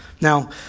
Now